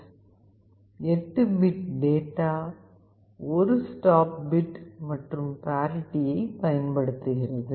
2 kbps 8 bit data 1 stop bit மற்றும் பாரிட்டியைப் பயன்படுத்துகிறது